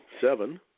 seven